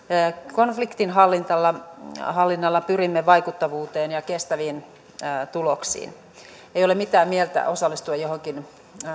konfliktinhallinnalla pyrimme vaikuttavuuteen ja kestäviin tuloksiin ei ole mitään mieltä osallistua johonkin